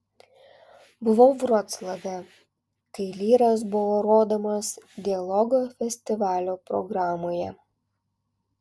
buvau vroclave kai lyras buvo rodomas dialogo festivalio programoje